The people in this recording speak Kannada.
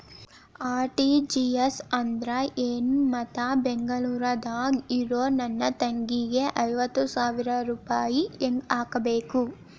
ಆರ್.ಟಿ.ಜಿ.ಎಸ್ ಅಂದ್ರ ಏನು ಮತ್ತ ಬೆಂಗಳೂರದಾಗ್ ಇರೋ ನನ್ನ ತಂಗಿಗೆ ಐವತ್ತು ಸಾವಿರ ರೂಪಾಯಿ ಹೆಂಗ್ ಹಾಕಬೇಕು?